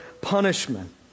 punishment